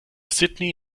sydney